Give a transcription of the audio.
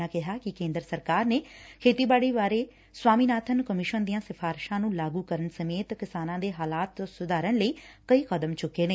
ਉਨ੍ਹਾਂ ਕਿਹਾ ਕਿ ਕੇਂਦਰ ਸਰਕਾਰ ਨੇ ਖੇਤੀਬਾਤੀ ਬਾਰੇ ਸਵਾਮੀਨਾਥਨ ਕਮਿਸ਼ਨ ਦੀਆਂ ਸਿਫਾਰਿਸ਼ਾਂ ਨੰ ਲਾਗੁ ਕਰਨ ਸਮੇਤ ਕਿਸਾਨਾਂ ਦੇ ਹਾਲਾਤ ਸੁਧਾਰਨ ਲਈ ਕਈ ਕਦਮ ਚੁੱਕੇ ਨੇ